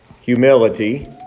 humility